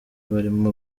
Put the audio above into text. barimo